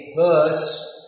verse